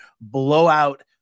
blowout